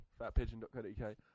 fatpigeon.co.uk